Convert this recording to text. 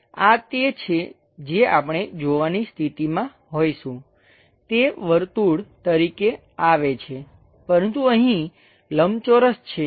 આ તે છે જે આપણે જોવાની સ્થિતિમાં હોઈશું તે વર્તુળ તરીકે આવે છે પરંતુ અહીં લંબચોરસ છે